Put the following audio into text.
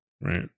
Right